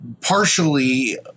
partially –